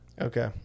Okay